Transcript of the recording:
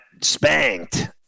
spanked